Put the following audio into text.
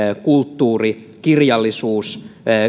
kulttuuri kirjallisuus